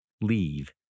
leave